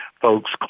folks